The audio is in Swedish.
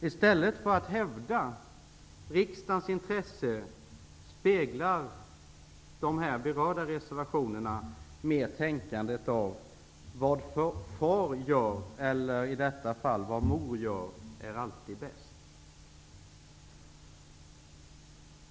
I stället för att hävda riksdagens intresse speglar dessa reservationer mer tänkandet att vad far gör -- eller i detta fall vad mor gör -- är alltid bäst.